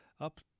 up